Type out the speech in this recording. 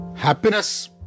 Happiness